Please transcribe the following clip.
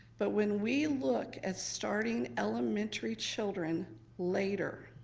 but when we look at starting elementary children later,